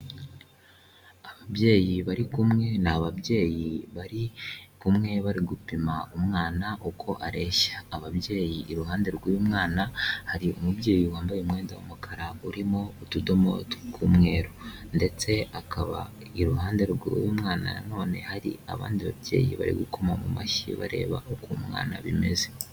Ababyeyi bari kumwe nI ababyeyi bari kumwe bari gupima umwana uko areshya. Ababyeyi iruhande rw'uyu mwana hari umubyeyi wambaye umwenda w'umukara urimo utudomo tw'umweru, ndetse akaba iruhande rw'uyu mwana nanone hari abandi babyeyi bari gukoma mu mashyi bareba uko umwana bimeze.